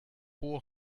four